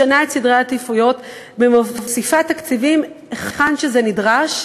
משנה את סדרי העדיפויות ומוסיפה תקציבים היכן שזה נדרש,